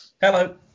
Hello